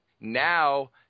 Now